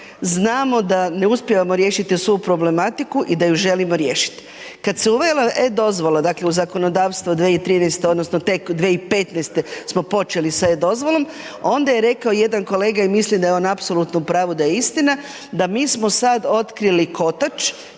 znamo da ne uspijevamo riješiti svu problematiku i da ju želimo riješit. Kad se uvela e-dozvola, dakle, u zakonodavstvo 2013. odnosno tek 2015. smo počeli s e-dozvolom, onda je rekao jedan kolega i mislim da je on apsolutno u pravu i da je istina, da mi smo sad otkrili kotač